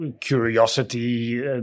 curiosity